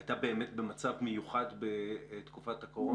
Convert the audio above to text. הייתה באמת במצב מיוחד בתקופת הקורונה.